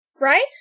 Right